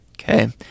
Okay